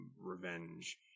revenge